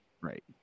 Right